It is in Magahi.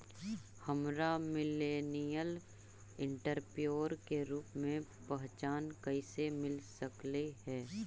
हमरा मिलेनियल एंटेरप्रेन्योर के रूप में पहचान कइसे मिल सकलई हे?